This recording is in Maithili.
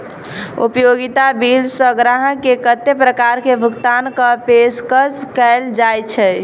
उपयोगिता बिल सऽ ग्राहक केँ कत्ते प्रकार केँ भुगतान कऽ पेशकश कैल जाय छै?